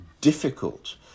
difficult